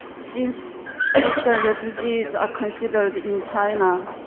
since north korean refugees are considered in china